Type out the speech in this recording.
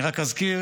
אני רק אזכיר